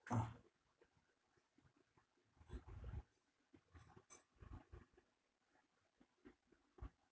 ah